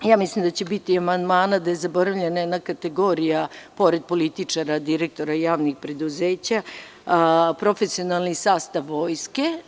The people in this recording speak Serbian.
Mislim da će biti amandmana, ali zaboravljena je jedna kategorija pored političara, direktora javnih preduzeća, profesionalni sastav Vojske.